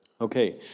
Okay